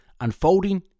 unfolding